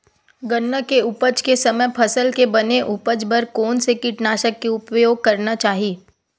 गन्ना के उपज के समय फसल के बने उपज बर कोन से कीटनाशक के उपयोग करना चाहि?